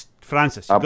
Francis